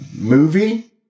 movie